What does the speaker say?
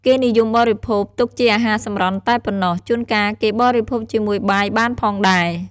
គេនិយមបរិភោគទុកជាអាហារសម្រន់តែប៉ុណ្ណោះ ជួលកាលគេបរិភោគជាមួយបាយបានផងដែរ។